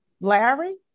Larry